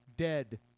Dead